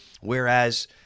Whereas